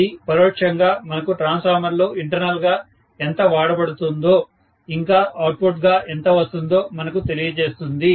అది పరోక్షంగా మనకు ట్రాన్స్ఫార్మర్ లో ఇంటర్నల్ గా ఎంత వాడబడుతుందో ఇంకా అవుట్ఫుట్ గా ఎంత వస్తుందో మనకు తెలియజేస్తుంది